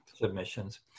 submissions